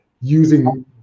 using